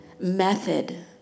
method